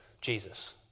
Jesus